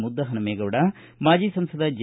ಮುದ್ದಹನುಮೇಗೌಡ ಮಾಜಿ ಸಂಸದ ಜಿ